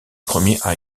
premier